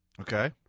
Okay